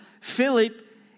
Philip